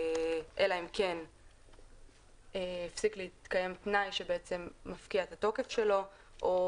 אלא אם כן הפסיק להתקיים תנאי שבעצם מפקיע את התוקף שלו או